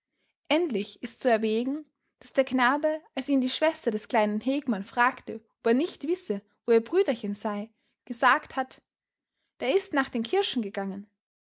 endlich ist zu erwägen daß der knabe als ihn die schwester des kleinen hegmann fragte ob er nicht wisse wo ihr brüderchen sei gesagt sagt hat der ist nach den kirschen gegangen